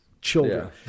children